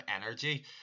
energy